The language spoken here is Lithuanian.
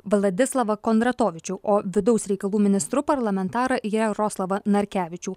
vladislavą kondratovičių o vidaus reikalų ministru parlamentarą jaroslavą narkevičių